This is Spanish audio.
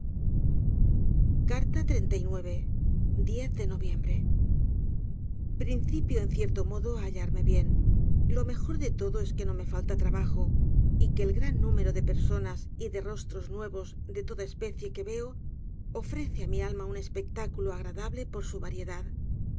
e noviembre principio en cierto modo á hallarme bien lo mejor de todo es que no me falla trabajo y que el gran número de personas y de rostros nuevos de toda especie que veo ofrece á mi alma un espectáculo agradable por su variedad